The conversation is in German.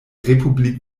republik